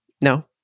No